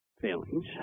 failings